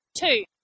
two